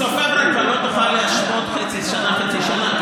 בסוף פברואר כבר לא תוכל להשוות חצי שנה-חצי שנה,